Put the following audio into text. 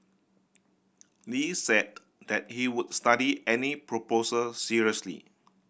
Lee said that he would study any proposal seriously